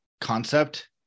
concept